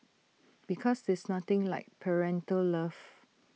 because there's nothing like parental love